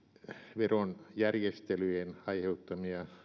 verojärjestelyjen aiheuttamia